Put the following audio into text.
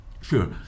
Sure